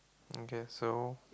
I guess so